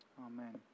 Amen